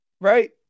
right